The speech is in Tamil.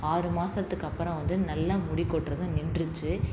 ஆறு மாதத்துக்கு அப்புறம் வந்து நல்லா முடி கொட்டுவது நின்றுச்சு